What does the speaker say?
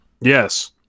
yes